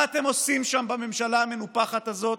מה אתם עושים שם, בממשלה המנופחת הזאת?